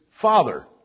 father